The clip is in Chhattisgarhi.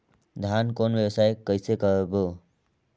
धान कौन व्यवसाय कइसे करबो?